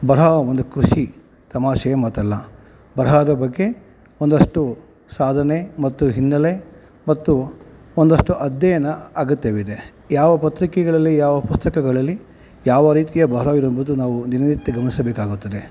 ಬರಹ ಒಂದು ಖುಷಿ ತಮಾಷೆ ಮಾತಲ್ಲ ಬರಹದ ಬಗ್ಗೆ ಒಂದಷ್ಟು ಸಾಧನೆ ಮತ್ತು ಹಿನ್ನಲೆ ಮತ್ತು ಒಂದಷ್ಟು ಅಧ್ಯಯನ ಅಗತ್ಯವಿದೆ ಯಾವ ಪತ್ರಿಕೆಗಳಲ್ಲಿ ಯಾವ ಪುಸ್ತಕಗಳಲ್ಲಿ ಯಾವ ರೀತಿಯ ಬರಹವಿದೆ ಎಂಬುದು ನಾವು ದಿನನಿತ್ಯ ಗಮನಿಸಬೇಕಾಗುತ್ತದೆ